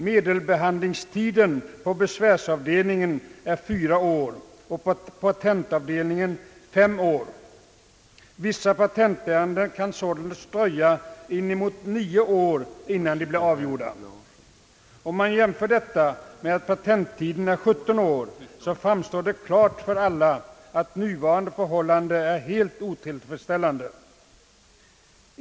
Medelbehandlingstiden är på besvärsavdelningen fyra och på patentavdelningen fem år. Det kan således dröja inemot nio år innan vissa patentärenden blir avgjorda. Om man jämför detta med att patenttiden är 17 år framstår det klart för alla att nuvarande förhållanden är helt otillfredsställande.